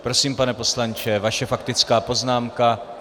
Prosím, pane poslanče, vaše faktická poznámka.